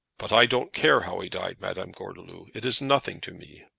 but i don't care how he died, madame gordeloup. it is nothing to me.